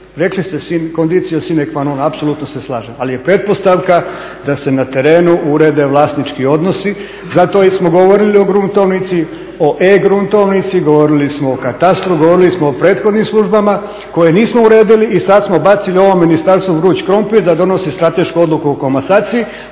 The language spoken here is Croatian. rekli ste condicio sine qua non apsolutno se slažem ali je pretpostavka da se na terenu urede vlasnički odnosi zato jer smo govorili o gruntovnici, o e-gruntovnici, govorili smo o katastru, govorili smo o prethodnim službama koje nismo uredili i sada smo bacili ovom ministarstvu vruć krumpir da donosi stratešku odluku o komasaciji